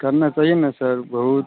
करना सही में सर बहुत